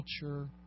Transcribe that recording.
culture